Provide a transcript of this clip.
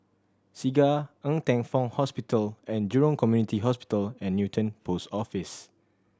Segar Ng Teng Fong Hospital And Jurong Community Hospital and Newton Post Office